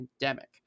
pandemic